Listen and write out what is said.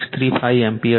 635 ampere છે